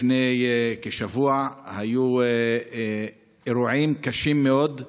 לפני כשבוע היו אירועים קשים מאוד,